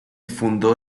fundó